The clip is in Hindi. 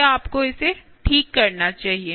या आपको इसे ठीक करना चाहिए